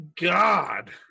god